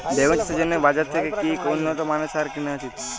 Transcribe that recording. বেগুন চাষের জন্য বাজার থেকে কি উন্নত মানের সার কিনা উচিৎ?